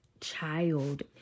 child